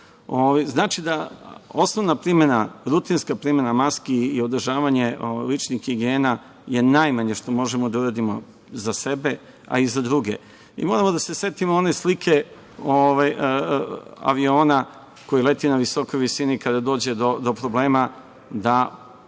znači da osnovna primena, rutinska primena maski i održavanje lične higijene je najmanje što možemo da uradimo za sebe, a i za druge i moramo da se setimo i one slike aviona koji leti na visini i kada dođe do problema da prvo